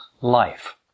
life